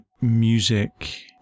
music